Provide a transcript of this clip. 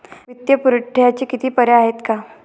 वित्तीय पुरवठ्याचे किती पर्याय आहेत का?